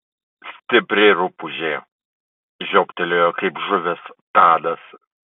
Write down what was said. stipri rupūžė žiobtelėjo kaip žuvis tadas